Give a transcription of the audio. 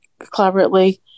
collaboratively